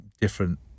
different